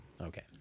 Okay